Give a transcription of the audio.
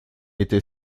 était